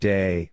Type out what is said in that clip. Day